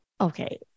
Okay